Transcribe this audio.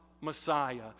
Messiah